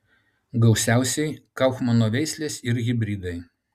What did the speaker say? gausiausiai kaufmano veislės ir hibridai